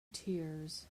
tears